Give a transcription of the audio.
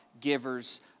givers